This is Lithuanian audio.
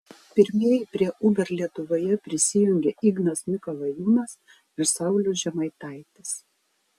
pirmieji prie uber lietuvoje prisijungė ignas mikalajūnas ir saulius žemaitaitis